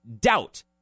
doubt